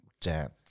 dance